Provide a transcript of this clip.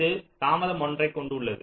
இது தாமதம் 1 ன்றை கொண்டு உள்ளது